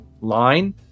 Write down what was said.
line